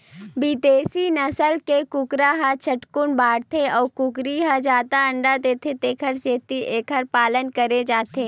बिदेसी नसल के कुकरा ह झटकुन बाड़थे अउ कुकरी ह जादा अंडा देथे तेखर सेती एखर पालन करे जाथे